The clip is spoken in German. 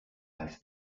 als